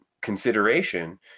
consideration